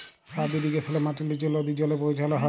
sub ইরিগেশলে মাটির লিচে লদী জলে পৌঁছাল হ্যয়